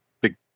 big